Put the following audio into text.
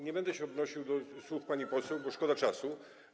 Nie będę się odnosił do słów pani poseł, bo szkoda czasu.